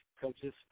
coaches